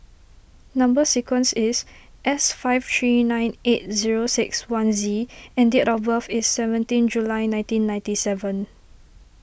Number Sequence is S five three nine eight zero six one Z and date of birth is seventeen July nineteen ninety seven